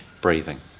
breathing